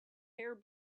hair